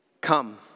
Come